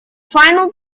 final